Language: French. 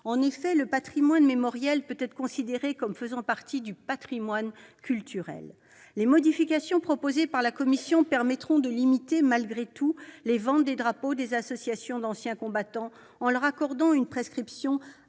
En effet, le patrimoine mémoriel peut être considéré comme faisant partie du patrimoine culturel. Les modifications du texte proposées par la commission permettront de limiter, malgré tout, les ventes de drapeaux d'associations d'anciens combattants, en prévoyant au bénéfice